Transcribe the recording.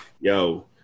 yo